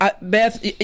Beth